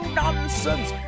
nonsense